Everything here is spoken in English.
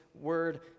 word